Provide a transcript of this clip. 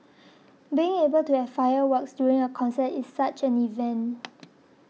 being able to have fireworks during a concert is such an event